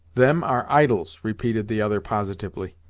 them are idols! repeated the other, positively.